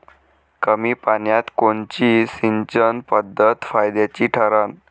कमी पान्यात कोनची सिंचन पद्धत फायद्याची ठरन?